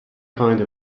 kind